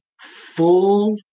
full